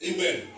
Amen